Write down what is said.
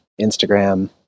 Instagram